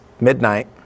midnight